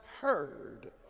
heard